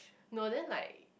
no then like